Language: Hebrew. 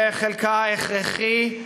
זה חלקה ההכרחי,